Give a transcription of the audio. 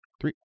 Three